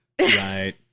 Right